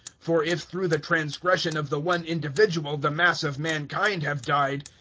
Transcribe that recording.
for if through the transgression of the one individual the mass of mankind have died,